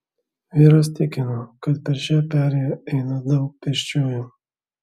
vyras tikino kad per šią perėją eina daug pėsčiųjų